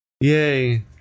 Yay